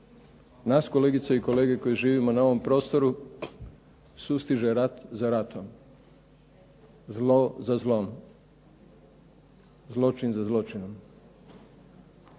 Nas kolegice i kolege koji živimo na ovom prostoru sustiže rat za ratom, zlo za zlom, zloćin za zloćinom.